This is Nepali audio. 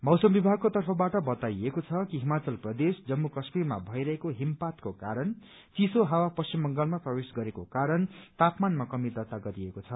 मौसम विभागको तर्फबाट बताइएको छ कि हिमाचल प्रदेश जम्मू काश्मीरमा भइरहेको हिमपातको कारण चिसो हावा पश्चिम बंगालमा प्रवेश गरेको कारण तापमानमा कमी दर्ता गरिएको छ